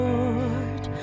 Lord